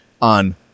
on